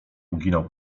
uginał